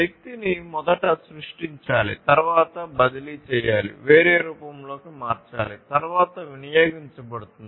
శక్తిని మొదట సృష్టించాలి తరువాత బదిలీ చేయాలి వేరే రూపంలోకి మార్చాలి తరువాత వినియోగించబడుతుంది